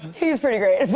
he's pretty great.